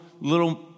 Little